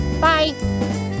Bye